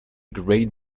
grade